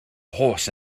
horse